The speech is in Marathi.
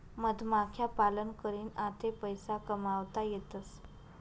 मधमाख्या पालन करीन आते पैसा कमावता येतसं